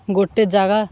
ଗୋଟେ ଜାଗା